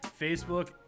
Facebook